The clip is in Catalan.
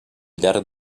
llarg